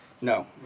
No